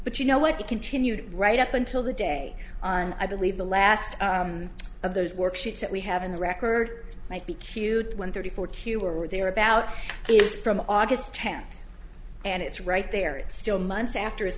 but you know what you continued right up until the day on i believe the last of those worksheets that we have in the record might be cute when thirty four q were there about he's from august tenth and it's right there it's still months after his